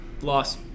Loss